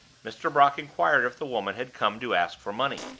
mr. brock inquired if the woman had come to ask for money.